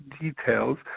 details